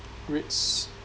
REITs